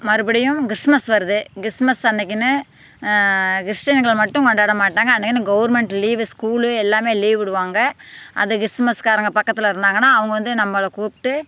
மறுபடியும் கிறிஸ்மஸ் வருது கிறிஸ்மஸ் அன்றைக்கின்னு கிறிஸ்டின்கள் மட்டும் கொண்டாடமாட்டாங்க அன்றைக்கின்னு கவர்மெண்ட் லீவு ஸ்கூலு எல்லாமே லீவுவிடுவாங்க அந்த கிறிஸ்மஸ்காரங்க பக்கத்தில் இருந்தாங்கன்னா அவங்க வந்து நம்மள கூப்பிட்டு